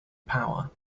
power